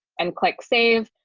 and click save.